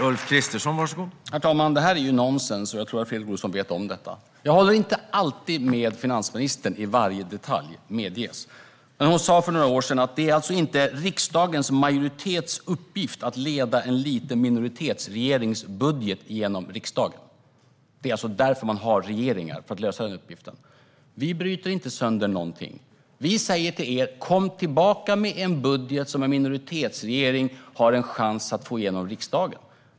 Herr talman! Det här är ju nonsens, och jag tror att Fredrik Olovsson vet om det. Jag håller inte alltid med finansministern i varje detalj; det medges. Men hon sa för några år sedan att det alltså inte är en riksdagsmajoritets uppgift att leda en liten minoritetsregerings budget genom riksdagen. Det är för att lösa den uppgiften som man har regeringar. Vi bryter inte sönder någonting. Vi säger till er: Kom tillbaka med en budget som en minoritetsregering har en chans att få igenom i riksdagen!